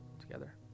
together